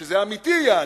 שזה אמיתי, יעני,